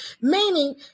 Meaning